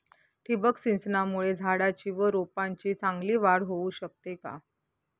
ठिबक सिंचनामुळे झाडाची व रोपांची चांगली वाढ होऊ शकते का?